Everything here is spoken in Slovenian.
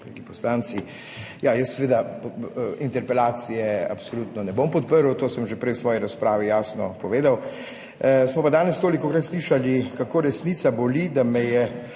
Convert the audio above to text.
poslanci! Jaz seveda interpelacije absolutno ne bom podprl, to sem že prej v svoji razpravi jasno povedal. Smo pa danes tolikokrat slišali kako resnica boli, da me je